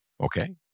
okay